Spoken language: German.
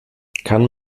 kann